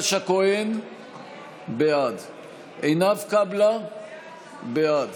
גם ככה היא לא מקבלת החלטות.